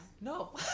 No